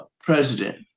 president